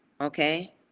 okay